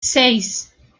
seis